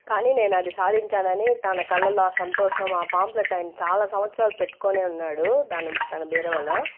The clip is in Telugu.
కానీ నేను అది సాధించాను అని తన కళ్ళల్లో ఆ సంతోషం ఆ పాంప్లెట్ ఆయన చాలా సంవత్సరాలు పెట్టుకునే ఉన్నాడు తన తన బీరువాలో